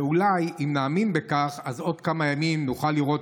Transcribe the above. ואולי אם נאמין בכך אז עוד כמה ימים נוכל לראות